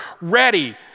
ready